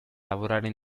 lavorare